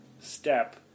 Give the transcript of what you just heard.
step